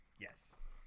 Yes